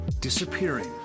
disappearing